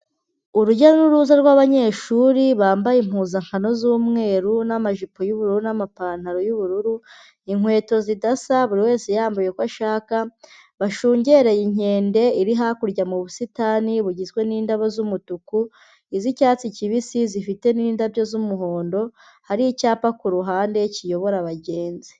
Urujya n'uruza rwabanyeshuri bambaye impuzankano z'umweru n'amajipo y'ubururu n'amapantaro y'ubururu, inkweto zidasa buri wese yambaye uko ashaka, bashungereye inkende iri hakurya mu busitani bugizwe n'indabo z'umutuku, iz'icyatsi kibisi zifite n'indabyo z'umuhondo, hari icyapa ku ruhande kiyobora abagenzi.